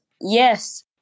yes